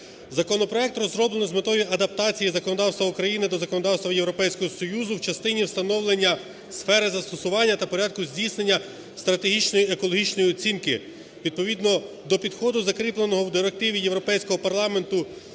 Законопроект розроблено з метою адаптації законодавства України до законодавства Європейського Союзу в частині встановлення сфери застосування та порядку здійснення стратегічної екологічної оцінки, відповідно до підходу закріпленого в Директиві Європейського парламенту